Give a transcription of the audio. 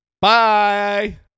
Bye